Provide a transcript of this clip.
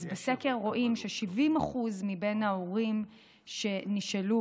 אז בסקר רואים ש-70% מההורים שנשאלו